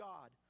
God